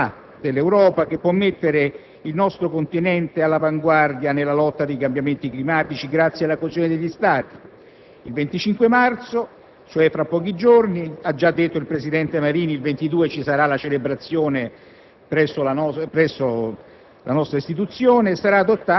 Questo è un segno di grande vitalità dell'Europa, che può mettere il nostro continente all'avanguardia nella lotta ai cambiamenti climatici, grazie alla coesione degli Stati. Il 25 marzo, cioè tra pochi giorni (come ha detto il presidente Marini, il 23 marzo ci sarà una celebrazione presso la nostra